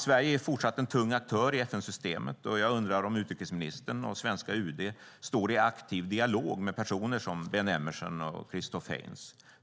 Sverige är fortsatt en tung aktör i FN-systemet, och jag undrar om utrikesministern och svenska UD står i aktiv dialog med personer som Ben Emmerson och Christof Heyns.